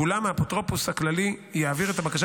ואולם האפוטרופוס הכללי יעביר את הבקשה